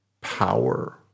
power